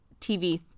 TV